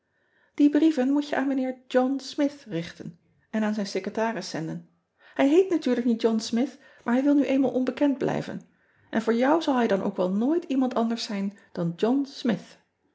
ie brieven moet je aan ijnheer ohn mith richten en aan zijn secretaris zenden ij heet natuurlijk niet ohn mith maar wil nu eenmaal onbekend blijven en voor jou zal hij dan ook wel nooit iemand anders zijn dan ohn mith